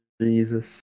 Jesus